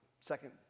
second